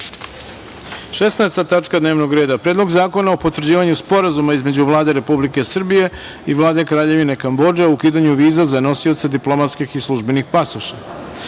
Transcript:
tačka dnevnog reda – Predlog zakona o potvrđivanju Sporazuma između Vlade Republike Srbije i Vlade Kraljevine Kambodže o ukidanju viza za nosioce diplomatskih i službenih pasoša. Pre